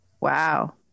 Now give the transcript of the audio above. Wow